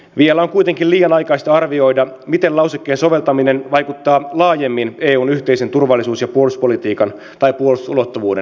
vielä on kuitenkin liian aikaista arvioida miten lausekkeen soveltaminen vaikuttaa laajemmin eun yhteisen turvallisuus ja puolustuspolitiikan tai puolustusulottuvuuden kehittymiseen